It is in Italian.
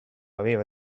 aveva